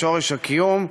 לשורש הקיום,